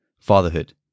Fatherhood